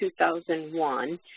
2001